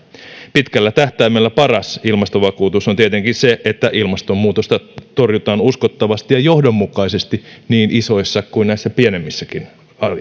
pitkällä tähtäimellä paras ilmastovakuutus on tietenkin se että ilmastonmuutosta torjutaan uskottavasti ja johdonmukaisesti niin isoissa kuin näissä pienemmissäkin